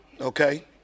Okay